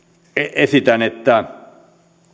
esitän että